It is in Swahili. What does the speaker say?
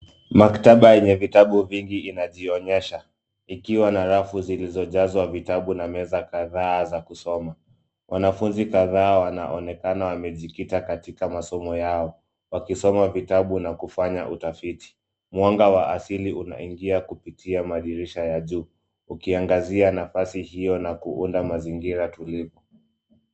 Maktaba yenye vitabu vingi inajionyesha ikiwa na rafu zilizojazwa vitabu na meza kadhaa za kusoma. Wanafunzi kadhaa wanaonekana wamejikita katika masomo yao wakisoma vitabu na kufanya utafiti. Mwanga wa asili unaingia kupitia madirisha ya juu ukiangazia nafasi hiyo na kuunda mazingira tulivu.